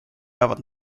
jäävad